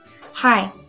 Hi